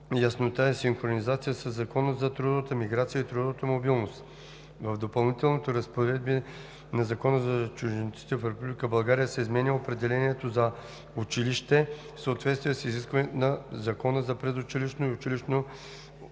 яснота и синхронизация със Закона за трудовата миграция и трудовата мобилност. В допълнителните разпоредби на Закона за чужденците в Република България се изменя определението за „Училище“ в съответствие с изискванията на Закона за предучилищното и училищното